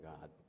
God